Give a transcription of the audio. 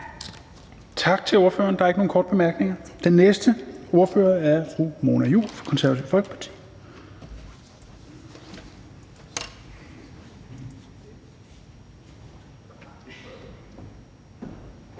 Tak til ordføreren. Der er ikke nogen korte bemærkninger. Den næste ordfører er fru Mona Juul, Konservative Folkeparti.